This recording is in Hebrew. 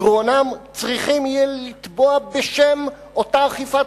בגרונם צריכים יהיו לתבוע בשם אותה אכיפת